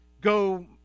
Go